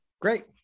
great